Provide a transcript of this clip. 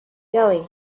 delhi